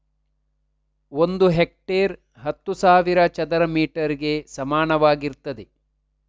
ಒಂದು ಹೆಕ್ಟೇರ್ ಹತ್ತು ಸಾವಿರ ಚದರ ಮೀಟರ್ ಗೆ ಸಮಾನವಾಗಿರ್ತದೆ